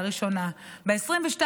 הראשונה בצה"ל.